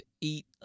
eat